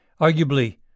arguably